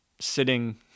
sitting